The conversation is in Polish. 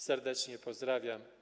Serdecznie pozdrawiam.